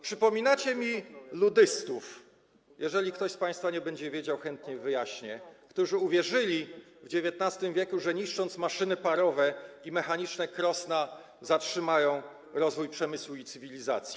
Przypominacie mi luddystów - jeżeli ktoś z państwa nie będzie wiedział, chętnie wyjaśnię - którzy uwierzyli w XIX w., że niszcząc maszyny parowe i mechaniczne krosna, zatrzymają rozwój przemysłu i cywilizacji.